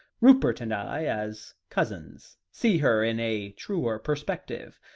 rupert and i, as cousins, see her in a truer perspective.